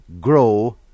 grow